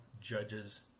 judges